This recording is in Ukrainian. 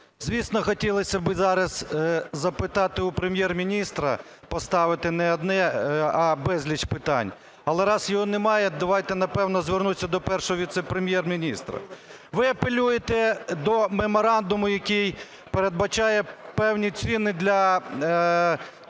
Звісно, хотілося б зараз запитати у Прем'єр-міністра, поставити не одне, а безліч питань. Але, раз його немає, давайте, напевно, звернемось до Першого віце-прем'єр-міністра. Ви апелюєте до меморандуму, який передбачає певні ціни для